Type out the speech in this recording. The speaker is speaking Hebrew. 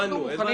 הבנו.